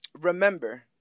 Remember